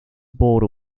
border